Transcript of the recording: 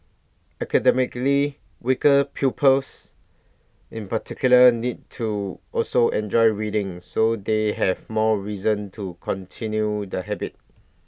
academically weaker pupils in particular need to also enjoy reading so they have more reason to continue the habit